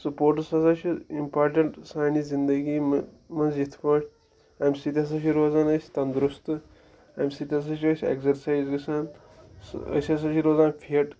sports ہَسا چھِ important سانہِ زِندگی مہٕ منٛز یِتھ پٲٹھۍ تَمہِ سۭتۍ ہَسا چھِ روزان أسۍ تنٛدٕرُستہٕ اَمہِ سۭتۍ ہَسا چھِ أسۍ اٮ۪کزَرسایز گژھان أسۍ ہَسا چھِ روزان فِٹ